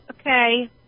okay